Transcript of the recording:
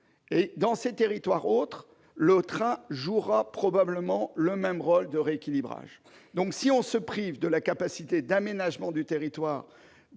Dans ces territoires autres, le train jouera probablement le même rôle de rééquilibrage. Par conséquent, il faut non pas se priver de la capacité d'aménagement du territoire